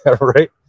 Right